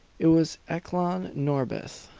it was eklan norbith,